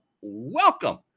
welcome